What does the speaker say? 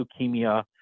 leukemia